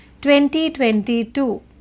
2022